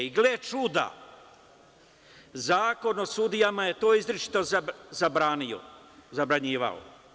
I, gle čuda, Zakon o sudijama je to izričito zabranjivao.